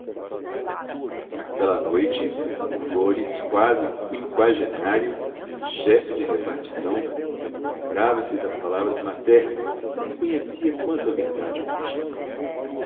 naquela noite o flores quase qüinquagenário chefe de repartição lembrava-se das palavras maternas e reconhecia quanta verdade